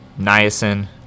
niacin